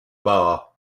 bar